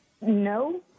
no